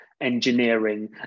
engineering